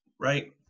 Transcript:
Right